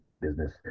business